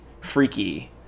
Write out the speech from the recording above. freaky